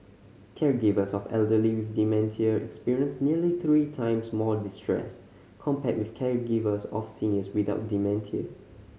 caregivers of elderly with dementia experienced nearly three times more distress compared with caregivers of seniors without dementia